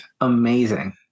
amazing